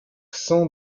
cent